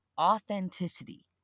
authenticity